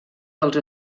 dels